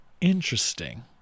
Interesting